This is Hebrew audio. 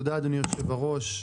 תודה אדוני יושב הראש,